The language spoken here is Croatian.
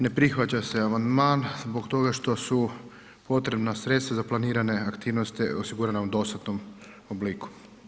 Ne prihvaća se amandman zbog toga što su potrebna sredstva za planirane aktivnosti osigurane u dostatnom obliku.